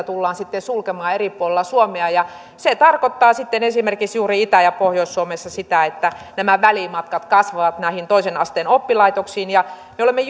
tullaan sitten sulkemaan eri puolilla suomea ja se tarkoittaa sitten esimerkiksi juuri itä ja pohjois suomessa sitä että nämä välimatkat kasvavat näihin toisen asteen oppilaitoksiin ja me olemme